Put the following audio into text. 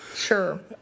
sure